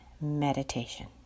meditation